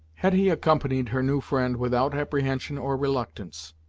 hetty accompanied her new friend without apprehension or reluctance.